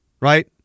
right